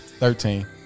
Thirteen